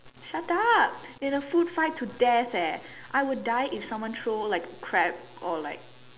shut up is a food fight to death leh I would die if someone throw like crab or like